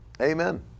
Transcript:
Amen